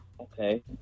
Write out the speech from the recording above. Okay